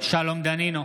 שלום דנינו,